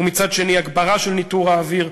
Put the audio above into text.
ומצד שני הגברה של ניטור האוויר.